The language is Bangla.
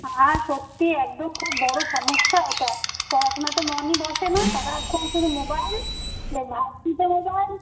আর সত্যি একদম খুব বড় সমস্যা এটা পড়াশোনাতে মনই বসে না সারাক্ষণ শুধু মোবাইল ভাত খেতে মোবাইল